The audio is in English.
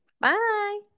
bye